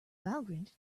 valgrind